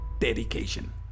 Dedication